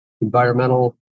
environmental